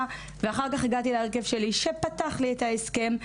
ואחר כך הגעתי להרכב שלי שפתחתי את ההסכם,